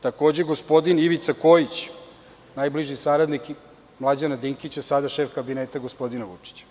Takođe, gospodin Ivica Kojić, najbliži saradnik Mlađana Dinkića, a sada šef kabineta gospodina Vučića.